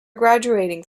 graduating